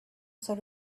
sort